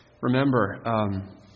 Remember